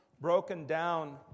broken-down